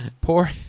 poor